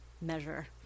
measure